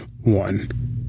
one